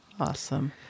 awesome